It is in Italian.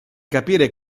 capire